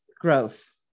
gross